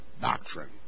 doctrine